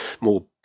more